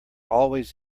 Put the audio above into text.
always